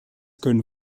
können